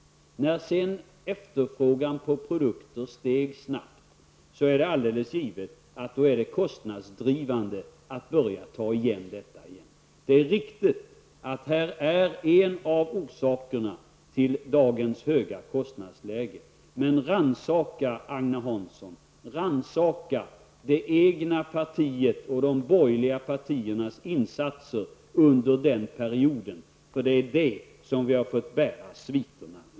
När sedan efterfrågan på produkter steg snabbt, så var det givetvis kostnadsdrivande att börja ta igen vad som eftersatts. Det är riktigt att detta är en av orsakerna till dagens höga kostnadsläge. Men rannsaka, Agne Hansson, de borgerliga partiernas, och det egna partiets, insatser under den perioden, för det är sviterna av detta som vi har fått dras med.